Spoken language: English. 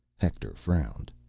hector frowned.